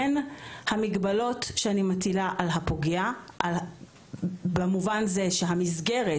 בין המגבלות שאני מטילה על הפוגע במובן זה שהמסגרת